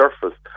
surface